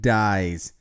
dies